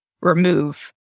remove